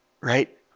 right